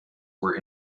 were